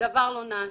דבר לא נעשה.